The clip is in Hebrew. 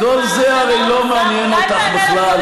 כל זה הרי לא מעניין אותך בכלל.